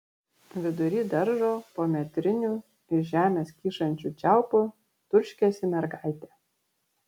vidury daržo po metriniu iš žemės kyšančiu čiaupu turškėsi mergaitė